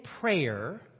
prayer